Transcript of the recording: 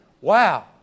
wow